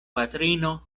patrino